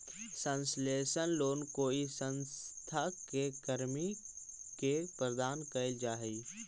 concessional loan कोई संस्था के कर्मी के प्रदान कैल जा हइ